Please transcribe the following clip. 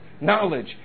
knowledge